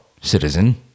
citizen